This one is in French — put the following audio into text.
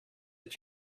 est